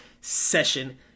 session